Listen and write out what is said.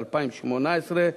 2018,